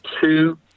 two